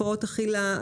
הפרעות אכילה,